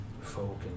folk